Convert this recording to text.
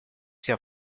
sia